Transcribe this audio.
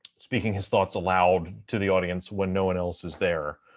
speaking his thoughts aloud to the audience when no one else is there.